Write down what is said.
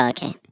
Okay